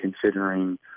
considering